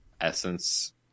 essence